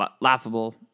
laughable